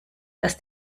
dass